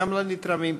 וגם לנתרמים.